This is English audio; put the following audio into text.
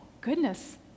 goodness